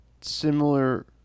similar